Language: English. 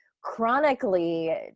chronically